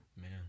Man